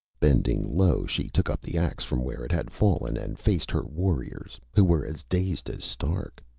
bending low, she took up the axe from where it had fallen, and faced her warriors, who were as dazed as stark.